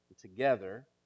together